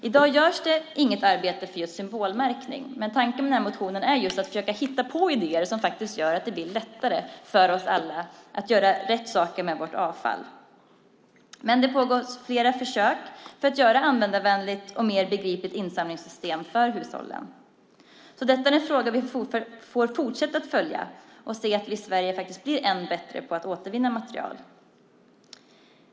I dag görs det inget arbete för symbolmärkning. Tanken med motionen är just att försöka komma på idéer om sådant som gör det lättare för oss alla att göra rätt saker med vårt avfall. Flera försök pågår för att få ett användarvänligt och mer begripligt insamlingssystem för hushållen. Det här är en fråga som vi får fortsätta att följa och där vi får se till att vi i Sverige blir ännu bättre på att återvinna material.